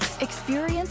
Experience